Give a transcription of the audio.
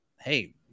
hey